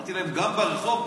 אמרתי להם: גם ברחוב,